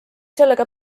sellega